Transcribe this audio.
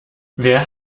wer